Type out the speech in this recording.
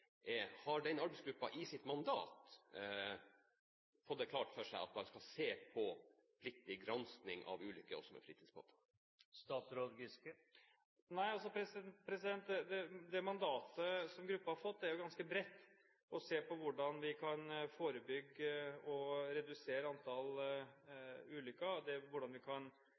fått det klart i sitt mandat at man skal se på granskingsplikt ved ulykker også med fritidsbåter? Det mandatet som gruppen har fått, er ganske bredt: å se på hvordan vi kan forebygge og redusere antall ulykker, og hvordan vi kan